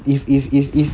if if if if